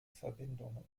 verbindungen